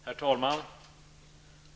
Herr talman!